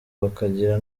bakagira